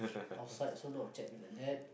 outside also not check until like that